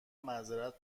معذرت